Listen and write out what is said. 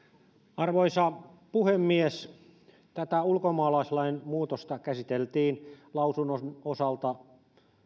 arvoisa puhemies tätä ulkomaalaislain muutosta käsiteltiin lausunnon osalta